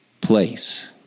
place